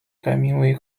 改名